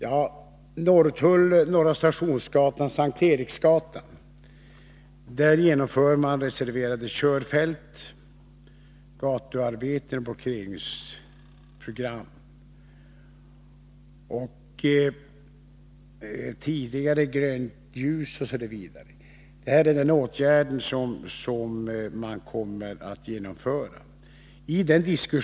Vid Norrtull, på Norra Stationsgatan och S:t Eriksgatan gäller det reserverade körfält, gatuarbeten, parkeringsprogram, tidigare grönt ljus osv. Det är de åtgärder man kommer att genomföra.